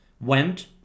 went